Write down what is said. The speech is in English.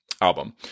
album